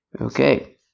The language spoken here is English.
Okay